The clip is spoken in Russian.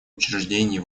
учреждений